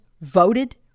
voted